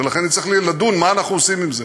ולכן נצטרך לדון מה אנחנו עושים עם זה.